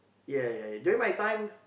ya ya ya then my time